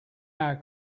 our